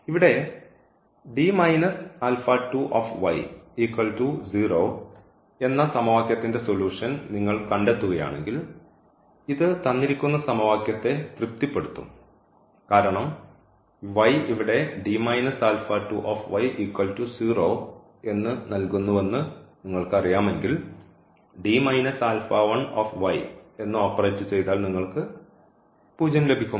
ഇവിടെ എന്ന സമവാക്യത്തിന്റെ സൊലൂഷൻ നിങ്ങൾ കണ്ടെത്തുകയാണെങ്കിൽ ഇത് തന്നിരിക്കുന്ന സമവാക്യത്തെ തൃപ്തിപ്പെടുത്തും കാരണം ഈ ഇവിടെ എന്ന് നൽകുന്നുവെന്ന് നമ്മൾക്കറിയാമെങ്കിൽ എന്ന് ഓപ്പറേറ്റ് ചെയ്താൽ നിങ്ങൾക്ക് 0 ലഭിക്കും